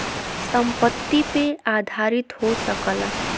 संपत्ति पे आधारित हो सकला